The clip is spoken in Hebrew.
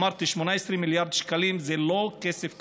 אמרתי, 18 מיליארד שקלים זה לא כסף קטן,